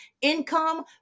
income